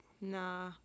Nah